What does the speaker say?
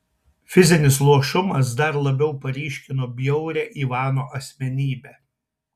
fizinis luošumas dar labiau paryškino bjaurią ivano asmenybę